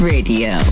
Radio